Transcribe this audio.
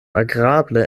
agrable